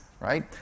right